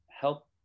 help